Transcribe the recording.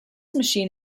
machine